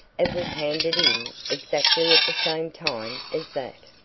it was handed in exactly at the same time as that!